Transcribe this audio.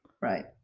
Right